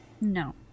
No